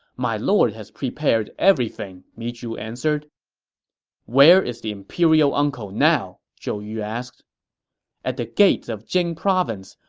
my lord has prepared everything, mi zhu answered where is the imperial uncle now? zhou yu asked at the gates of jing province,